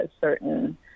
certain